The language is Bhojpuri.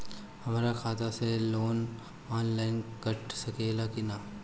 हमरा खाता से लोन ऑनलाइन कट सकले कि न?